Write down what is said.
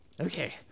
okay